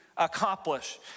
Accomplish